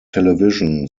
television